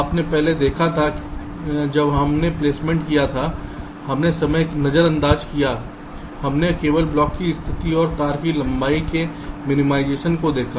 आपने पहले देखा था जब हमने प्लेसमेंट किया था हमने समय को नजरअंदाज किया हमने केवल ब्लॉक की स्थिति और तार की लंबाई के मिनिमिजाशन को देखा